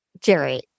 Jerry